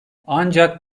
ancak